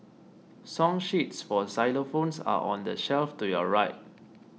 song sheets for xylophones are on the shelf to your right